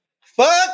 Fuck